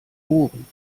ohren